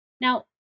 Now